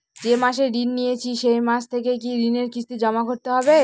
যে মাসে ঋণ নিয়েছি সেই মাস থেকেই কি ঋণের কিস্তি জমা করতে হবে?